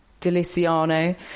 Deliciano